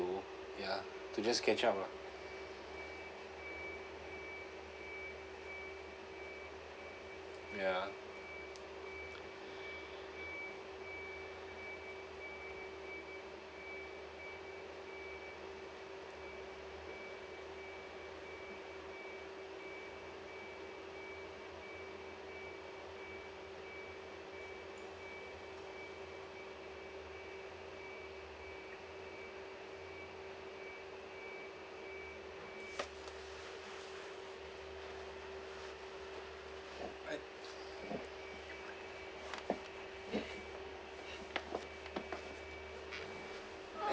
ya to just catch up ah ya